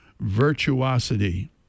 virtuosity